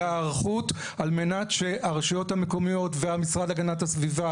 להיערכות על מנת שהרשויות המקומיות והמשרד להגנת הסביבה